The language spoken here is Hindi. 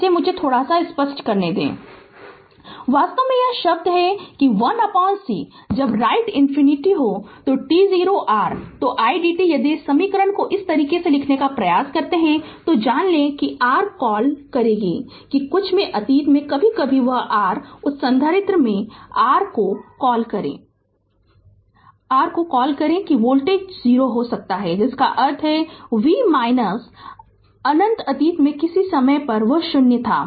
इसे मुझे सपष्ट करने दे Refer Slide Time 1123 वास्तव में यह शब्द कि 1c जब राइट इनफिनिटी हो तो t0 r तो idt यदि इस समीकरण को इस तरह से लिखने का प्रयास करते हैं तो जान लें कि r क्या कॉल करेगा कि कुछ में अतीत में कभी कभी वह r उस संधारित्र में r को कॉल करें कि वोल्टेज 0 हो सकता है जिसका अर्थ है कि v अनंत अतीत में किसी समय यह 0 था